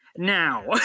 now